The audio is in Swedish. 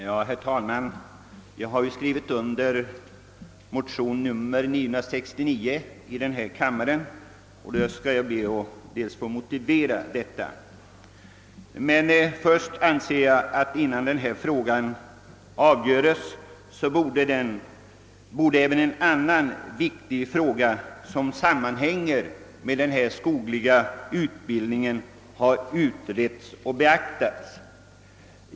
Herr talman! Jag har skrivit under motion 969 i denna kammare, och jag skall be att få motivera den. Innan den här frågan avgörs borde en annan viktig fråga, som sammanhänger med den skogliga utbildningen, ha utretts och beaktats.